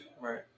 Right